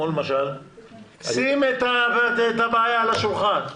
שים את הבעיה על השולחן.